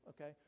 okay